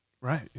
Right